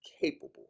capable